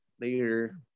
Later